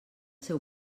seu